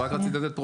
ליזם.